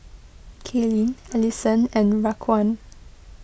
Kailyn Alyson and Raquan